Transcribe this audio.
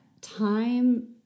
time